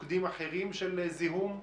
מוקדים אחרים של זיהום.